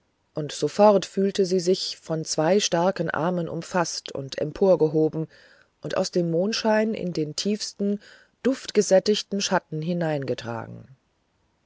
und sofort fühlte sie sich von zwei starken armen umfaßt und emporgehoben und aus dem mondschein in den tiefsten duftgesättigten schatten hineingetragen